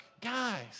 guys